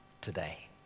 today